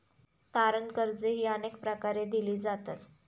तारण कर्जेही अनेक प्रकारे दिली जातात